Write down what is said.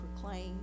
proclaim